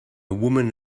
woman